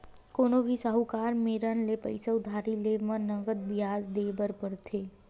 कोनो भी साहूकार मेरन ले पइसा उधारी लेय म नँगत बियाज देय बर परथे